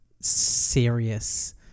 serious